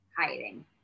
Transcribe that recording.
hiding